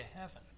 heaven